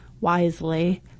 wisely